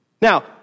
Now